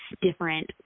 different